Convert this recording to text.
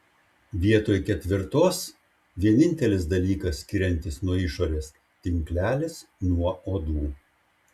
vietoj ketvirtos vienintelis dalykas skiriantis nuo išorės tinklelis nuo uodų